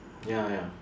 ya ya